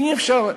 אי-אפשר,